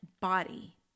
body